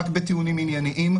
רק בטיעונים ענייניים,